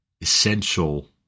essential